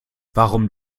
warum